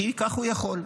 כי ככה הוא יכול.